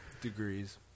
degrees